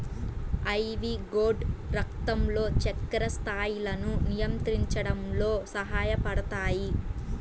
ivy gourd రక్తంలో చక్కెర స్థాయిలను నియంత్రించడంలో సహాయపడతాయి